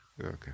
okay